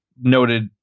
noted